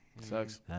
Sucks